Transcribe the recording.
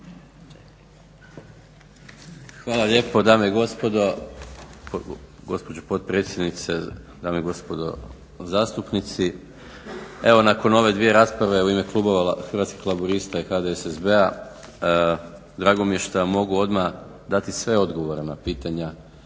Hvala lijepo, gospođo potpredsjednice. Dame i gospodo zastupnici. Evo nakon ove dvije rasprave u ime klubova Hrvatskih laburista i HDSSB-a drago mi je što mogu odmah dati sve odgovore na pitanja